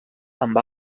amb